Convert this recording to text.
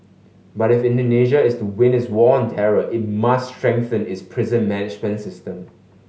but if Indonesia is to win its war on terror it must strengthen its prison management system